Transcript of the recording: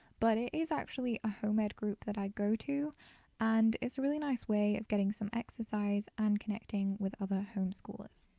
but it is actually a home ed group that i go to and it's a really nice way of getting some exercise and connecting with other homeschoolers.